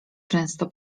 często